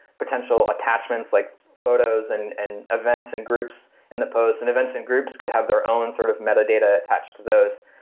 potential attachments, like photos, and and events, and groups in the post, and events and groups could have their own sort of metadata attached to those.